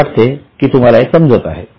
मला वाटते की तुम्हाला हे समजत आहे